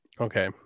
Okay